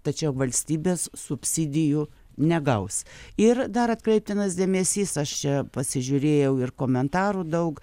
tačiau valstybės subsidijų negaus ir dar atkreiptinas dėmesys aš čia pasižiūrėjau ir komentarų daug